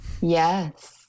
yes